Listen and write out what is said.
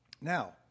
Now